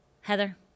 Heather